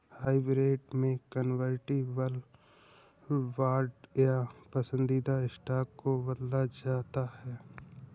hybrid में convertible bond या पसंदीदा स्टॉक को बदला जाता है